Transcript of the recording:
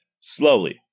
slowly